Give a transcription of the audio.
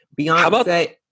Beyonce